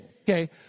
Okay